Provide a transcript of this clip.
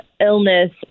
illness